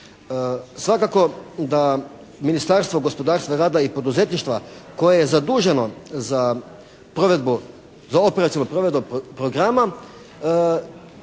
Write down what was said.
Svakako da Ministarstvo gospodarstva, rada i poduzetništva koje je zaduženo za operacionu provedbu programa,